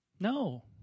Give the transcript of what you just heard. No